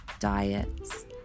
diets